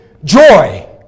Joy